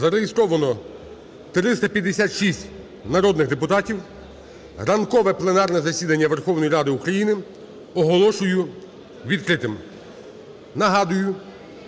Зареєстровано 356 народних депутатів. Ранкове пленарне засідання Верховної Ради України оголошую відкритим. Нагадую,